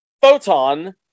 Photon